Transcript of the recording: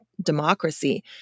democracy